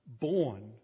born